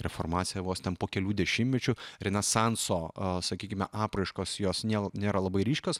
reformacija vos ten po kelių dešimtmečių renesanso aa sakykime apraiškos jos niela nėra labai ryškios